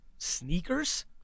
Sneakers